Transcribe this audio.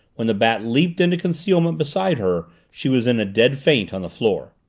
when the bat leaped into concealment beside her, she was in a dead faint on the floor.